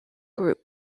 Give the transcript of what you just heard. group